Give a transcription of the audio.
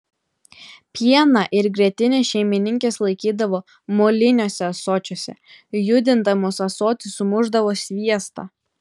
pieną ir grietinę šeimininkės laikydavo moliniuose ąsočiuose judindamos ąsotį sumušdavo sviestą